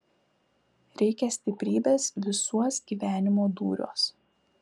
reikia stiprybės visuos gyvenimo dūriuos